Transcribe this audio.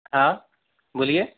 हाँ बोलिए